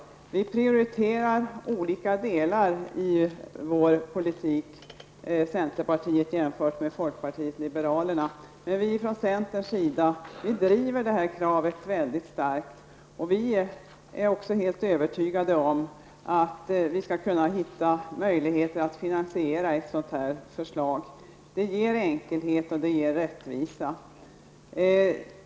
Vi prioriterar olika delar i vår politik, vi i centerpartiet jämfört med folkpartiet liberalerna. Vi från vår sida driver det här kravet väldigt starkt. Vi är helt övertygade om att vi skall kunna hitta möjligheter att finansiera det här förslaget. Det ger enkelhet och rättvisa.